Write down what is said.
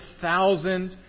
thousand